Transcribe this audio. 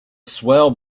swell